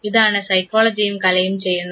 ഇതാണ് സൈക്കോളജിയും കലയും ചെയ്യുന്നത്